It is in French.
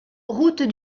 route